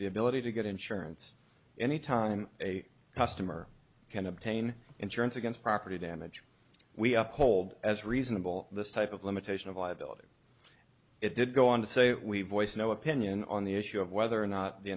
the ability to get insurance any time a customer can obtain insurance against property damage we uphold as reasonable this type of limitation of liability it did go on to say that we boys no opinion on the issue of whether or not the